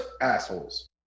Assholes